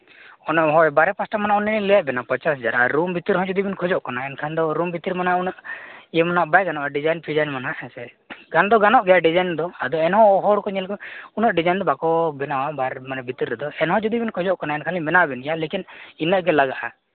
ᱚᱱᱟ ᱦᱳᱭ ᱵᱟᱨᱦᱮ ᱯᱟᱥᱴᱟ ᱢᱟᱱᱮ ᱚᱱᱮ ᱞᱤᱧ ᱞᱟᱹᱭᱟᱫ ᱵᱮᱱᱟ ᱯᱚᱧᱪᱟᱥ ᱦᱟᱡᱟᱨ ᱟᱨ ᱨᱩᱢ ᱵᱷᱤᱛᱤᱨ ᱦᱚᱸ ᱡᱩᱫᱤ ᱵᱤᱱ ᱠᱷᱚᱡᱚᱜ ᱠᱟᱱᱟ ᱮᱱᱠᱷᱟᱱ ᱫᱚ ᱨᱩᱢ ᱵᱷᱤᱛᱤᱨ ᱢᱟᱱᱮ ᱩᱱᱟᱹᱜ ᱤᱭᱟᱹ ᱢᱟ ᱱᱟᱦᱟᱸᱜ ᱵᱟᱭ ᱜᱟᱱᱚᱜᱼᱟ ᱰᱤᱡᱟᱭᱤᱱ ᱯᱷᱤᱡᱟᱭᱤᱱ ᱢᱟᱱᱟᱦᱟᱜ ᱦᱮᱥᱮ ᱜᱟᱱ ᱫᱚ ᱜᱟᱱᱚᱜ ᱜᱮᱭᱟ ᱰᱤᱡᱟᱭᱤᱱ ᱫᱚ ᱟᱫᱚ ᱮᱱᱦᱚᱸ ᱦᱚᱲ ᱠᱚ ᱧᱮᱞ ᱠᱚᱢ ᱩᱱᱟᱹᱜ ᱰᱤᱡᱟᱭᱤᱱ ᱫᱚ ᱵᱟᱠᱚ ᱵᱮᱱᱟᱣᱟ ᱵᱟᱨᱦᱮ ᱢᱟᱱᱮ ᱵᱷᱤᱛᱤᱨ ᱨᱮᱫᱚ ᱮᱱᱦᱚᱸ ᱡᱩᱫᱤ ᱵᱮᱱ ᱠᱷᱚᱡᱚᱜ ᱠᱟᱱᱟ ᱮᱱᱠᱷᱟᱱ ᱞᱤᱧ ᱵᱮᱱᱟᱣ ᱟᱵᱮᱱ ᱜᱮᱭᱟ ᱞᱮᱠᱤᱱ ᱤᱱᱟᱹᱜ ᱜᱮ ᱞᱟᱜᱟᱜᱼᱟ